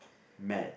mad